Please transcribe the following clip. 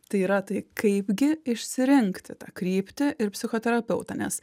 tai yra tai kaip gi išsirinkti tą kryptį ir psichoterapeutą nes